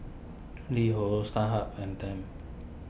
LiHo Starhub and Tempt